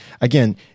Again